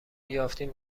یافتیم